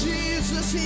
Jesus